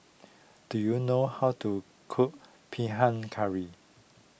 do you know how to cook Pahang Curry